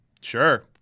sure